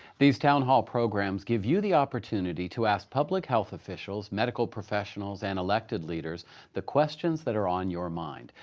these town hall programs give you the opportunity to ask public health officials, medical professionals, and elected leaders the questions that are on your mind.